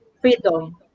freedom